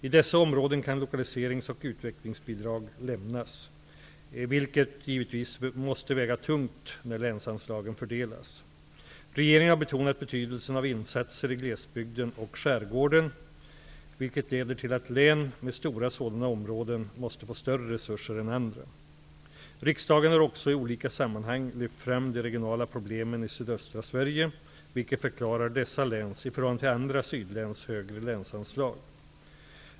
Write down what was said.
I dessa områden kan lokaliserings och utvecklingsbidrag lämnas, vilket givetvis måste väga tungt när länsanslaget fördelas. Regeringen har betonat betydelsen av insatser i glesbygden och skärgården, vilket leder till att län med stora sådana områden måste få större resurser än andra. Riksdagen har också i olika sammanhang lyft fram de regionala problemen i sydöstra Sverige, vilket förklarar dessa läns, i förhållande till andra sydläns, högre länsanslag.